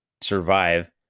survive